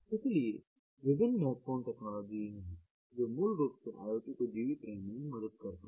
इसलिए विभिन्न महत्वपूर्ण टेक्नोलॉजी हैं जो मूल रूप से IoT को जीवित रहने में मदद करती हैं